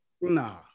Nah